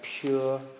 pure